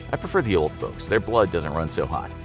i prefer the old folks, their blood doesn't run so hot.